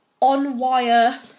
on-wire